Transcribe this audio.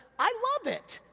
i love it!